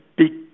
big